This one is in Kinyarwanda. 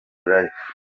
life